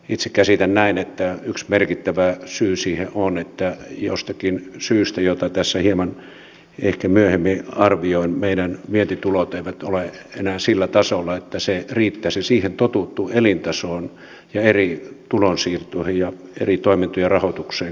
itse käsitän näin että yksi merkittävä syy siihen on että jostakin syystä jota tässä hieman ehkä myöhemmin arvioin meidän vientitulomme eivät ole enää sillä tasolla että se riittäisi siihen totuttuun elintasoon ja eri tulonsiirtoihin ja eri toimintojen rahoitukseen niin kuin ennen